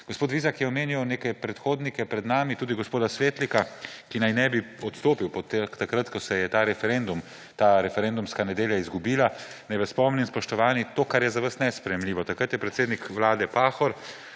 Gospod Vizjak je omenjal neke predhodnike pred nami, tudi gospoda Svetlika, ki naj ne bi odstopil takrat, ko se je ta referendum, ta referendumska nedelja izgubila. Naj vas spomnim, spoštovani, na to, kar je za vas nesprejemljivo. Takrat je predsednik Vlade Pahor